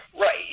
Right